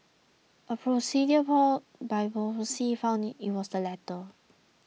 a procedure called biopsy found it was the latter